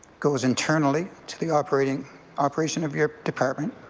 goes internally to the operate and operation of your department.